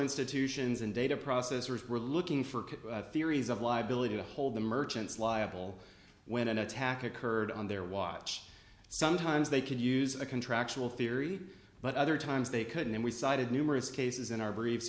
institutions and data processors were looking for theories of liability to hold the merchants liable when an attack occurred on their watch sometimes they could use a contractual theory but other times they couldn't and we cited numerous cases in our brief